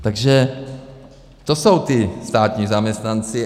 Takže to jsou ti státní zaměstnanci.